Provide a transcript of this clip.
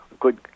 good